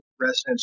residents